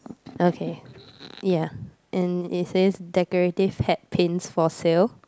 okay ya and it says decorative hat paints for sale